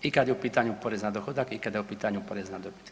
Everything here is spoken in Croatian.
I kad je u pitanju porez na dohodak i kad je u pitanju porez na dobit.